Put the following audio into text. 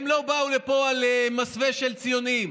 הם לא באו לפה במסווה של ציונים,